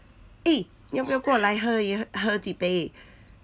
eh 要不要过来喝而已喝喝几杯